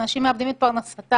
שאנשים מאבדים את פרנסתם.